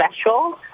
special